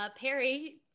Perry